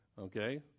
okay